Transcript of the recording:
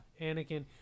Anakin